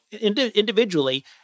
individually